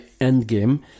Endgame